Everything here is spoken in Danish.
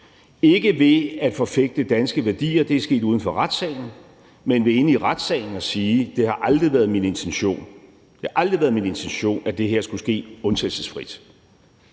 gjort ved at forfægte danske værdier – det er sket uden for retssalen – men ved inde i retssalen at sige: Det har aldrig været min intention, at det her skulle ske undtagelsesfrit.